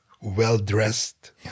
well-dressed